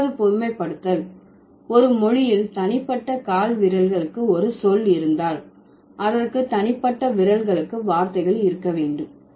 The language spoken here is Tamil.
மூன்றாவது பொதுமைப்படுத்தல் ஒரு மொழியில் தனிப்பட்ட கால்விரல்களுக்கு ஒரு சொல் இருந்தால் அதற்கு தனிப்பட்ட விரல்களுக்கு வார்த்தைகள் இருக்க வேண்டும்